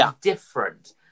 different